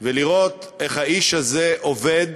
ולראות איך האיש הזה עובד